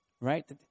Right